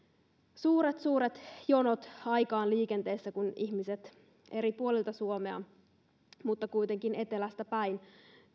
suuret suuret jonot aikaan liikenteessä kun ihmiset eri puolilta suomea mutta kuitenkin etelästä päin